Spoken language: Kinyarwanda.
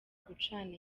gucana